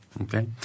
Okay